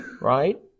right